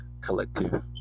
collective